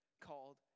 called